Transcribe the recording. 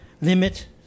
limit